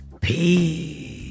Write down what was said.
Peace